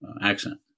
accent